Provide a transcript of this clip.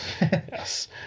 Yes